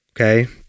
Okay